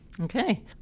Okay